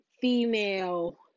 female